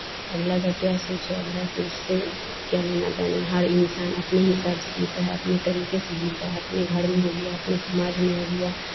अगला का क्या सोच है अगला सोच से क्या लेना देना हर इन्सान अपने हिसाब से जीता है अपने तरीके से जीता है अपने घर में हो गया अपने समाज में हो गया